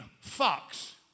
Fox